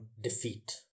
defeat